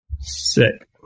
Sick